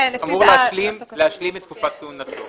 אמור להשלים את תקופת כהונתו.